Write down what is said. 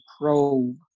probe